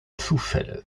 zufälle